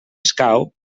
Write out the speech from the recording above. escau